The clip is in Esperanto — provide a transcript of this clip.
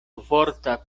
vorta